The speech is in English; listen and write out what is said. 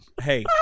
Hey